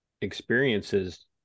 experiences